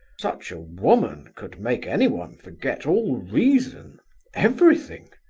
such a woman could make anyone forget all reason everything!